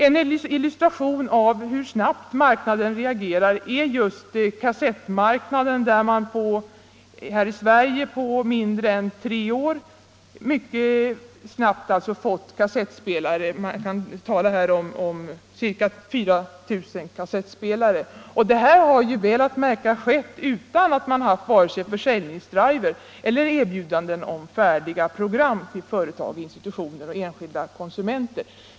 En illustration till hur snabbt marknaden reagerar är kassettmarknaden, där man här i Sverige på mindre än tre år fått ca 4 000 kassettspelare. Detta har — väl att märka — skett utan vare sig försäljningsdriver eller erbjudanden om färdiga program till företag, institutioner och enskilda konsumenter.